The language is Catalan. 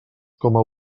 coma